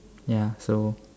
ya so